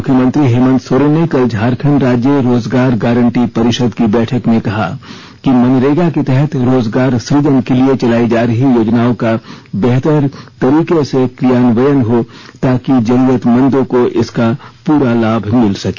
मुख्यमंत्री हेमन्त सोरेन ने कल झारखंड राज्य रोजगार गारंटी परिषद की बैठक में कहा कि मनरेगा के तहत रोजगार सुजन के लिए चलाई जा रही योजनाओं का बेहतर तरीके से क्रियान्वयन हो ताकि जरूरतमंदों को इसका पूरा लाभ मिल सके